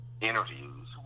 interviews